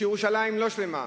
שירושלים לא שלמה,